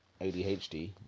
ADHD